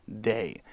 Day